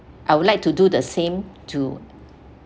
I would like to do the same to